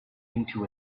into